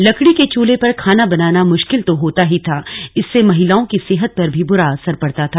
लकड़ी के चूर्ल्हे पर खाना बनाना मुश्किल तो होता ही था इससे महिलाओं की सेहत पर भी बुरा असर पड़ता था